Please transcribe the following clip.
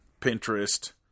Pinterest